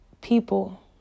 people